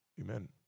Amen